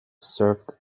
served